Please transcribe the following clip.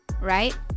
right